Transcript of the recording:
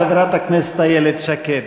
חברת הכנסת איילת שקד.